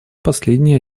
последний